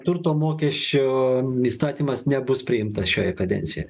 turto mokesčio įstatymas nebus priimtas šioje kadencioje